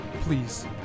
please